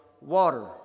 water